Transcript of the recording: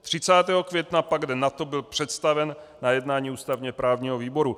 30. května pak, den nato, byl představen na jednání ústavněprávního výboru.